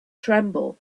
tremble